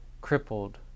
crippled